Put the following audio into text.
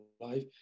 life